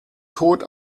tod